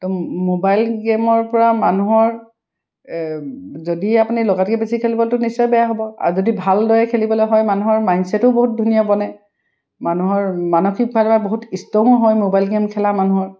তো মোবাইল গেমৰপৰা মানুহৰ যদি আপুনি লগাতকৈ বেছি খেলিব তো নিশ্চয় বেয়া হ'ব আৰু যদি ভালদৰে খেলিবলৈ হয় মানুহৰ মাইণ্ডচেটো বহুত ধুনীয়া বনে মানুহৰ মানসিকভাৱে বহুত ইষ্ট্ৰং হয় মোবাইল গেম খেলা মানুহৰ